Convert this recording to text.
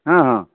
हँ हँ